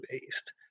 based